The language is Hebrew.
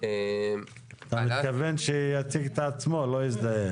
וכממשלה ערים לדבר הזה.